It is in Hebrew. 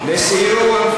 לסיום,